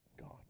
God